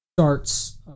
Starts